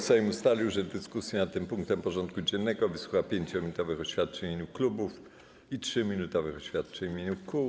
Sejm ustalił, że w dyskusji nad tym punktem porządku dziennego wysłucha 5-minutowych oświadczeń w imieniu klubów i 3-minutowych oświadczeń w imieniu kół.